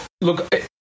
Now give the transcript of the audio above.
Look